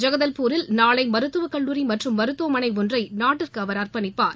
ஜகதவ்பூரில் நாளை மருத்துக்கல்லூரி மற்றும் மருத்துவமனை ஒன்றை நாட்டிற்கு அவர் அற்பணிப்பார்